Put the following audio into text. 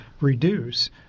reduce